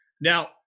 Now